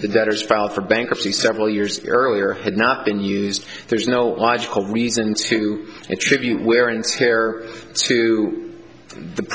the debtors filed for bankruptcy several years earlier had not been used there's no logical reason to attribute wear and tear to the